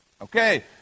okay